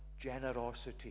generosity